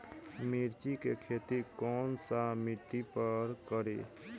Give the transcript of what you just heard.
मिर्ची के खेती कौन सा मिट्टी पर करी?